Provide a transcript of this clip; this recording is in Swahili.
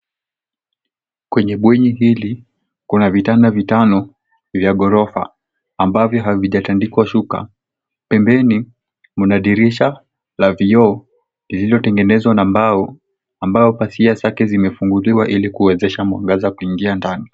Kwenye bweni hili kuna vitanda vitano vya ghorofa ambavyo havijatandikwa shuka. Pembeni mna dirisha la vioo lililotengenezwa na mbao ambao pazia zake zimefunguliwa ili kuwezesha mwangaza kuingia ndani.